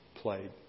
played